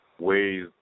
ways